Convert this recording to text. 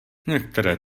některé